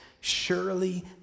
Surely